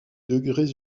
degrés